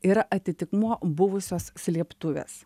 ir atitikmuo buvusios slėptuvės